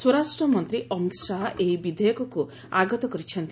ସ୍ୱରାଷ୍ଟ୍ରମନ୍ତ୍ରୀ ଅମିତ ଶାହା ଏହି ବିଧେୟକକୁ ଆଗତ କରିଛନ୍ତି